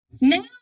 Now